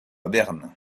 berne